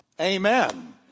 Amen